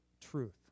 truth